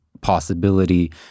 possibility